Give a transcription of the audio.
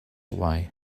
away